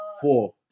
four